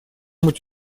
быть